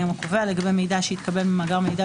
היום הקובע) לגבי מידע שהתקבל במאגר מידע